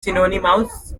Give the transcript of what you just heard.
synonymous